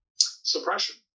suppression